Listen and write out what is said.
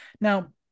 Now